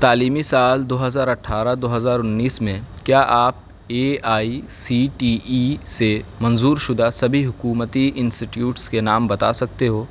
تعلیمی سال دو ہزار اٹھارہ دو ہزار انیس میں کیا آپ A I C T E سے منظور شدہ سبھی حکومتی انسٹیٹیوٹس کے نام بتا سکتے ہو